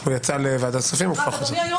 רב עיר